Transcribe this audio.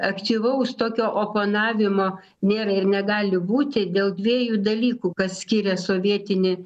aktyvaus tokio oponavimo nėra ir negali būti dėl dviejų dalykų kas skiria sovietinį